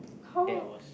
that was